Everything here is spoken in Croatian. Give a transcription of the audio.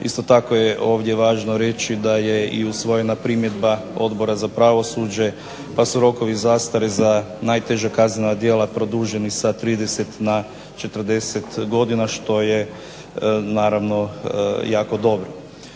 Isto tako je ovdje važno reći da je usvojena primjedba Odbora za pravosuđe pa su rokovi zastare za najteža kaznena djela produženi sa 30 na 40 godina što je naravno jako dobro.